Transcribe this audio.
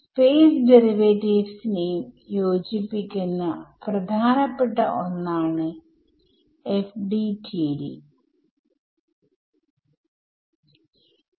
t vertical ഡൈമെൻഷൻആണ്